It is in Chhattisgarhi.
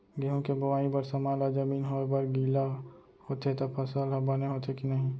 गेहूँ के बोआई बर समय ला जमीन होये बर गिला होथे त फसल ह बने होथे की नही?